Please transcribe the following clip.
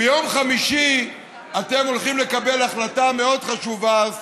ביום חמישי אתם הולכים לקבל החלטה מאוד חשובה,